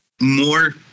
more